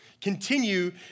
continue